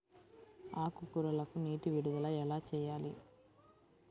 ఆకుకూరలకు నీటి విడుదల ఎలా చేయాలి?